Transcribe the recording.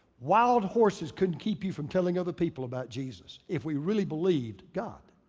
wild horses couldn't keep you from telling other people about jesus. if we really believed god.